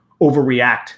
overreact